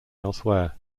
elsewhere